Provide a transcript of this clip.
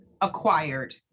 acquired